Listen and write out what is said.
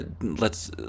lets